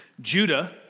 Judah